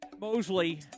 Mosley